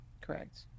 Correct